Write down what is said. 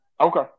Okay